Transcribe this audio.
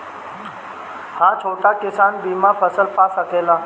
हा छोटा किसान फसल बीमा पा सकेला?